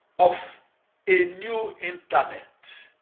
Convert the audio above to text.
of a new internet.